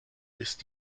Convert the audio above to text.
ist